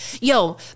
yo